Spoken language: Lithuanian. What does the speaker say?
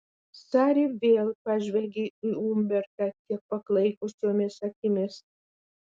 sari vėl pažvelgia į umbertą kiek paklaikusiomis akimis